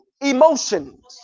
emotions